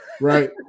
Right